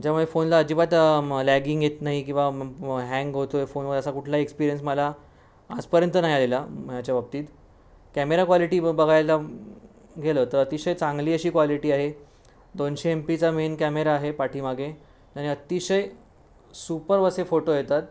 त्याच्यामुळे फोनला अजिबात लॅगिंग येत नाही किंवा मग हँग होतो आहे फोनमध्ये असा कुठलाही एक्सपिरियन्स मला आजपर्यंत नाही आलेला याच्याबाबतीत कॅमेरा क्वालिटी ब बघायला गेलं तर अतिशय चांगली अशी क्वालिटी आहे दोनशे एम पीचा मेन कॅमेरा आहे पाठीमागे आणि अतिशय सुपर्ब असे फोटो येतात